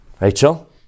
Rachel